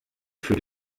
für